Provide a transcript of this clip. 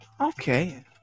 Okay